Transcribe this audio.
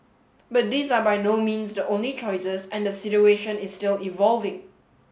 but these are by no means the only choices and the situation is still evolving